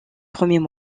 premiers